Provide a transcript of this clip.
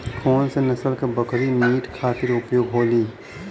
कौन से नसल क बकरी मीट खातिर उपयोग होली?